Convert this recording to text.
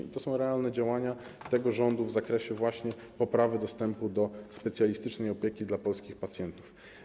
I to są realne działania tego rządu w zakresie właśnie poprawy dostępu do specjalistycznej opieki dla polskich pacjentów.